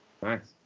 thanks